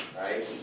right